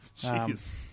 Jeez